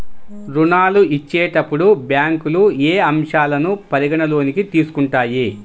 ఋణాలు ఇచ్చేటప్పుడు బ్యాంకులు ఏ అంశాలను పరిగణలోకి తీసుకుంటాయి?